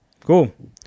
cool